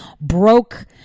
broke